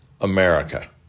America